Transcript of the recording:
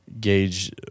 Gauge